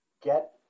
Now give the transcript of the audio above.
get